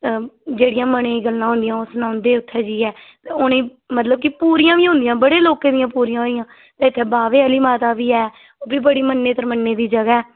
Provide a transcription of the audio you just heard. जेह्ड़ियां मनै दियां गल्लां होंदियां ओह् सनांदे उत्थै जाइयै ते उ'नें गी मतलब की पूरियां बी होंदियां बड़े लोकें दियां पूरियां होइयां इक्क बाह्वे आह्ली माता बी ऐ ओह्बी बड़ी मन्नी परमन्नी दी जगह ऐ